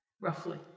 roughly